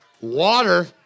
Water